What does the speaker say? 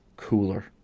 Cooler